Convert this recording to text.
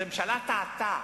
אז הממשלה טעתה,